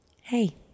hey